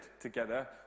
together